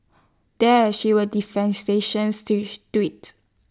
there she was tweeted